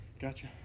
gotcha